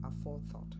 aforethought